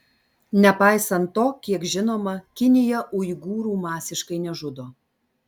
nepaisant to kiek žinoma kinija uigūrų masiškai nežudo